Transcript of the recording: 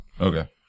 Okay